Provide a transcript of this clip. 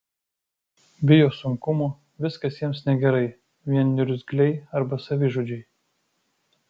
bijo sunkumų viskas jiems negerai vien niurzgliai arba savižudžiai